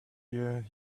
year